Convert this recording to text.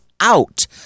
out